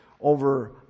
over